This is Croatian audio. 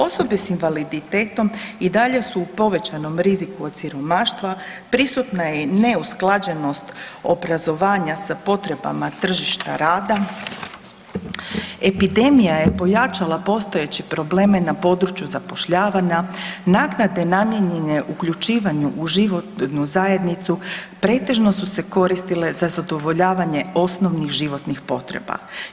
Osobe s invaliditetom i dalje su u povećanom riziku od siromaštva, prisutna je i neusklađenost obrazovanja sa potrebama tržišta rada, epidemija je pojačala postojeće probleme na području zapošljavanja, naknade namijenjene uključivanju u životnu zajednicu pretežno su se koristile za zadovoljavanje osnovnih životnih potreba.